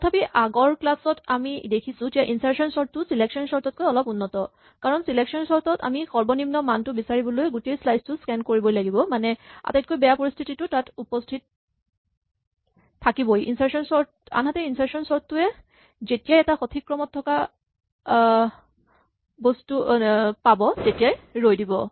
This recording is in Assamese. তথাপি আগৰ ক্লাচ ত আমি দেখিছো যে ইনচাৰ্চন চৰ্ট টো চিলেকচন চৰ্ট তকৈ অলপ উন্নত কাৰণ চিলেকচন চৰ্ট ত আমি সৰ্বনিম্ন মানটো বিচাৰিবলৈ গোটেই স্লাইচ টো স্কেন কৰিবই লাগিব মানে আটাইতকৈ বেয়া পৰিস্হিতিটো তাত উপস্হিত থাকিবই আনহাতে ইনচাৰ্চন টোৱে এটা সঠিক ক্ৰমত থকা বস্তু পালেই ৰৈ দিব